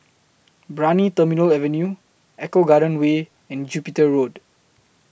Brani Terminal Avenue Eco Garden Way and Jupiter Road